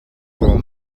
for